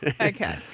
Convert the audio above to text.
Okay